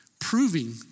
proving